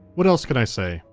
what else can i say?